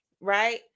right